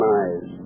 eyes